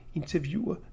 interviewer